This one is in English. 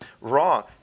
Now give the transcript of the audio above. wrong